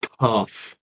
Tough